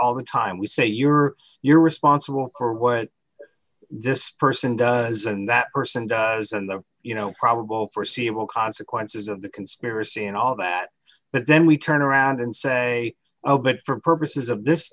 all the time we say you're you're responsible career what this person does and that person does and the you know probable foreseeable consequences of the conspiracy and all that but then we turn around and say oh but for purposes of this